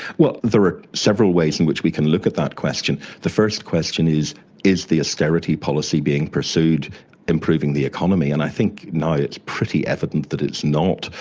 well, there are several ways in which we can look at that question. the first question is is the austerity policy being pursued improving the economy? and i think now it's pretty evident that it's not.